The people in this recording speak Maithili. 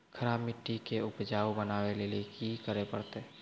खराब मिट्टी के उपजाऊ बनावे लेली की करे परतै?